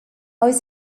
oes